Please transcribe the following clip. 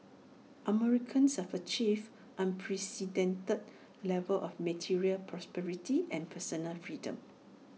Americans have achieved unprecedented levels of material prosperity and personal freedom